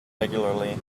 regularly